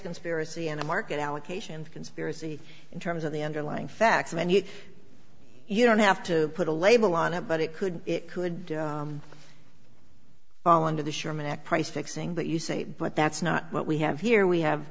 conspiracy and a market allocation conspiracy in terms of the underlying facts and you don't have to put a label on it but it could it could fall under the sherman act price fixing that you say but that's not what we have here we have